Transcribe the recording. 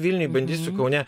vilniuj bandysiu kaune